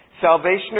Salvation